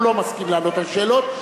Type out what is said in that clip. הוא לא מסכים לענות על שאלות,